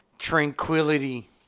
tranquility